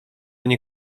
nie